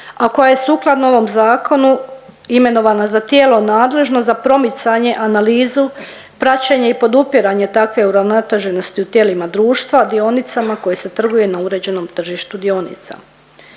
a koja je sukladno ovom zakonu imenovana za tijelo nadležno za promicanje, analizu, praćenje i podupiranje takve uravnoteženosti u tijelima društva, dionicama koje se trguju na uređenom tržištu dionica.